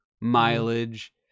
mileage